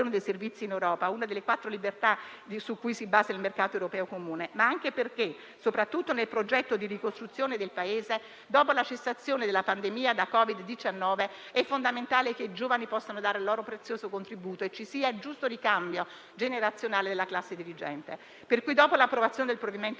dei servizi in Europa (una delle quattro libertà su cui si basa il mercato europeo comune), ma anche perché, soprattutto nel progetto di ricostruzione del Paese dopo la cessazione della pandemia da Covid-19, è fondamentale che i giovani possano dare il loro prezioso contributo e che ci sia il giusto ricambio generazionale della classe dirigente. Per cui, dopo l'approvazione del provvedimento